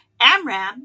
Amram